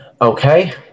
Okay